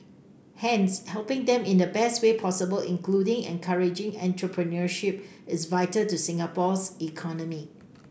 hence helping them in the best way possible including encouraging entrepreneurship is vital to Singapore's economy